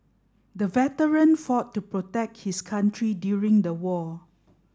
the veteran fought to protect his country during the war